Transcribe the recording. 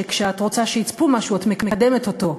שכאשר את רוצה שיצפו במשהו את מקדמת אותו.